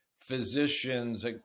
physicians